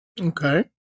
Okay